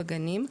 בגנים.